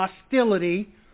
hostility